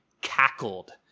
cackled